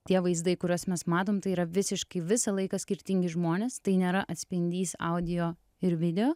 tie vaizdai kuriuos mes matom tai yra visiškai visą laiką skirtingi žmonės tai nėra atspindys audio ir video